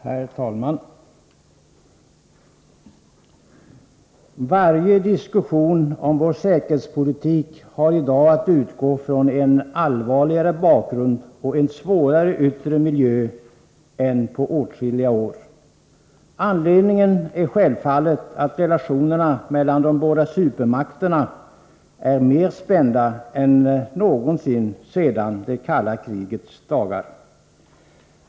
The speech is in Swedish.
Herr talman! Varje diskussion om vår säkerhetspolitik har i dag att utgå från en allvarligare bakgrund och en svårare yttre miljö än på åtskilliga år. Anledningen är självfallet att relationerna mellan de båda supermakterna är mer spänd än någonsin sedan det kalla krigets dagar.